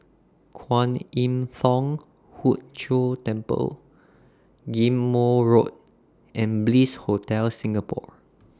Kwan Im Thong Hood Cho Temple Ghim Moh Road and Bliss Hotel Singapore